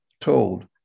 told